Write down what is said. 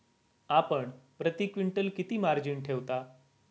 आपण प्रती क्विंटल किती मार्जिन ठेवता?